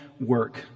work